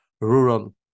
rural